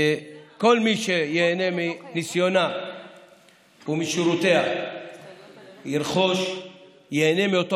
וכל מי שייהנה מניסיונה ומשירותיה ייהנה מאותו